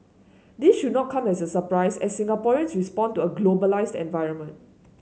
this should not come as surprise as Singaporeans respond to a globalised environment